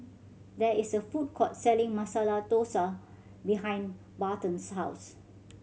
there is a food court selling Masala Dosa behind Barton's house